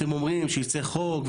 אתם אומרים שיצא חוק,